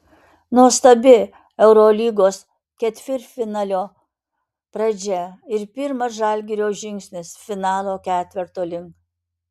nuostabi eurolygos ketvirtfinalio pradžia ir pirmas žalgirio žingsnis finalo ketverto link